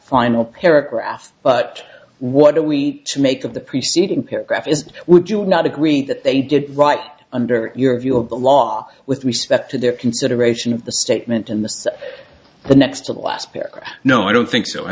final paragraph but what are we to make of the preceding paragraph is would you not agree that they did right under your view of the law with respect to their consideration of the statement and the so the next to last paragraph no i don't think so i